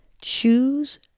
Choose